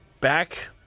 back